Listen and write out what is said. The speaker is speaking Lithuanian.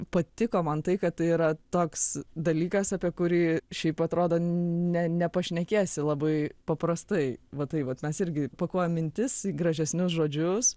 patiko man tai kad tai yra toks dalykas apie kurį šiaip atrodo ne nepašnekėsi labai paprastai va tai vat mes irgi pakuojam mintis į gražesnius žodžius